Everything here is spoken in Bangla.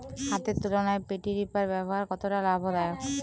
হাতের তুলনায় পেডি রিপার ব্যবহার কতটা লাভদায়ক?